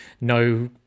no